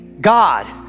God